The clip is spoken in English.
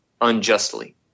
unjustly